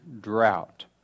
drought